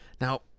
Now